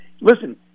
listen